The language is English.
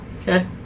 Okay